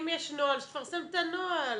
אם יש נוהל, שתפרסם את הנוהל.